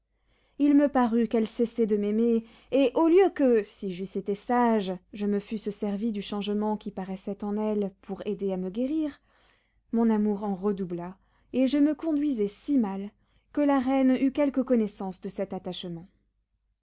il me parut qu'elle cessait de m'aimer et au lieu que si j'eusse été sage je me fusse servi du changement qui paraissait en elle pour aider à me guérir mon amour en redoubla et je me conduisais si mal que la reine eut quelque connaissance de cet attachement